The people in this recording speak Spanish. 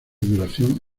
duración